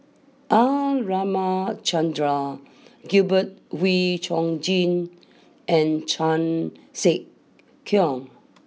R Ramachandran Gabriel Oon Chong Jin and Chan Sek Keong